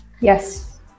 Yes